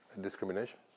Discrimination